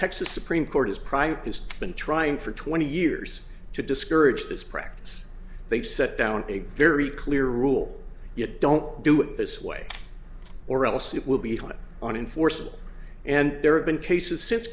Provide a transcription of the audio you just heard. texas supreme court is private has been trying for twenty years to discourage this practice they've set down a very clear rule it don't do it this way or else it will be done on enforceable and there have been cases since